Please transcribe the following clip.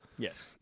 yes